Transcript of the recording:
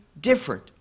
different